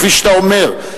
כפי שאתה אומר,